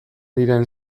diren